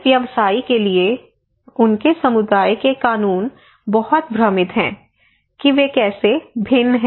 एक व्यवसायी के लिए उनके समुदाय के कानून बहुत भ्रमित हैं कि वे कैसे भिन्न हैं